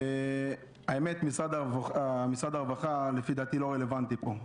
לדעתי משרד הרווחה לא רלוונטי פה.